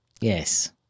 Yes